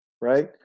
right